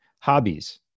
Hobbies